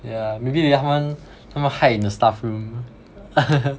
yeah maybe that one 他们 hide in the staff room